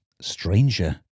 stranger